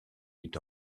huit